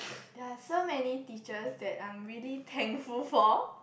there are so many teachers that I really thankful for